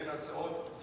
הן הצעות צחוק.